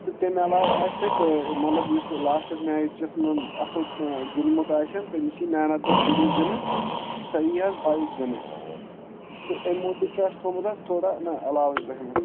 تہٕ تَمہِ علاوٕ آسہِ تَتہِ مطلب یُس لاسٹَس میچَس منٛز اَصٕل گِنٛدمُت آسن تٔمِس یی مین آف دَ سیٖریٖز دِنہٕ سۄ یی حظ بایِک دِنہٕ تہٕ اَمہِ موٗجوٗب چھُ اَسہِ تھوٚمُت حظ تھوڑا نہ علاوٕے پہمتھ